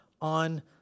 on